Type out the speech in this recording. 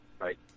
right